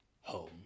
Home